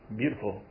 beautiful